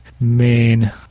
main